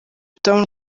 tom